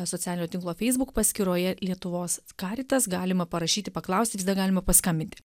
socialinio tinklo facebook paskyroje lietuvos karitas galima parašyti paklausti visada galima paskambinti